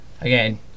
again